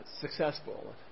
successful